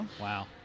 Wow